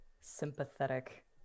sympathetic